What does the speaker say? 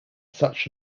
such